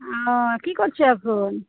ও কি করছ এখন